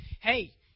hey